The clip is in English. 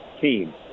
team